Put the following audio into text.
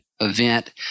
event